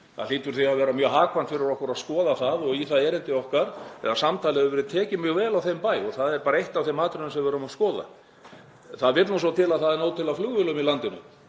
Það hlýtur því að vera mjög hagkvæmt fyrir okkur að skoða það og í það erindi okkar eða samtal hefur verið tekið mjög vel á þeim bæ. Það er eitt af þeim atriðum sem við erum að skoða. Það vill nú svo til að það er nóg til af flugvélum í landinu.